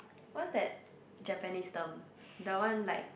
what's that Japanese term the one like